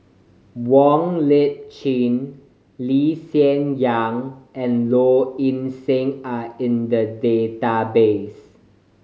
Wong Lip Chin Lee Hsien Yang and Low Ing Sing are in the database